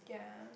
yeah